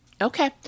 Okay